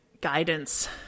guidance